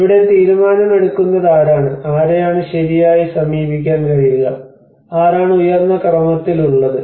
ഇവിടെ തീരുമാനമെടുക്കുന്നതാരാണ് ആരെയാണ് ശരിയായി സമീപിക്കാൻ കഴിയുക ആരാണ് ഉയർന്ന ക്രമത്തിൽ ഉള്ളത്